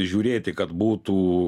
žiūrėti kad būtų